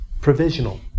Provisional